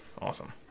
Awesome